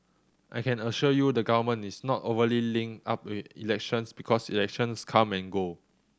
I can assure you the Government is not overly linked up with elections because elections come and go